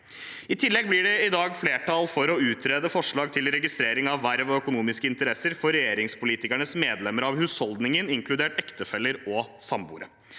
I tillegg blir det i dag flertall for å utrede forslag til registrering av verv og økonomiske interesser for regjeringspolitikeres medlemmer av husholdningen, inkludert ektefeller og samboere.